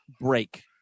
break